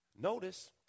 Notice